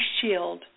shield